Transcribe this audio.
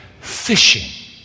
fishing